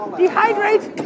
dehydrate